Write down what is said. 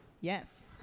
Yes